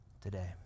today